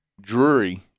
Drury